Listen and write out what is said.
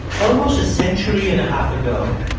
almost a century and a half ago,